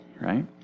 right